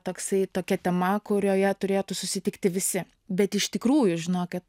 toksai tokia tema kurioje turėtų susitikti visi bet iš tikrųjų žinokit